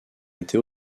été